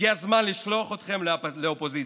הגיע הזמן לשלוח אתכם לאופוזיציה.